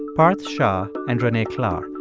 parth shah and renee klahr.